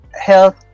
health